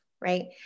right